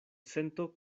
sento